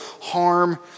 harm